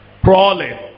crawling